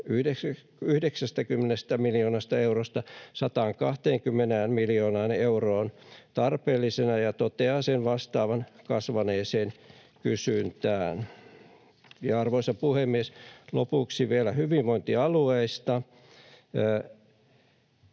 90 miljoonasta eurosta 120 miljoonaan euroon tarpeellisena ja toteaa sen vastaavan kasvaneeseen kysyntään. Arvoisa puhemies! Lopuksi vielä hyvinvointialueista.